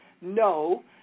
No